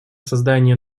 создания